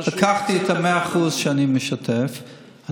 לקחתי את ה-100% שאני משתף בהם,